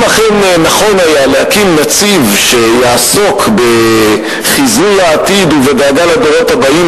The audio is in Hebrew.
אם אכן נכון היה להקים נציב שיעסוק בחיזוי העתיד ובדאגה לדורות הבאים,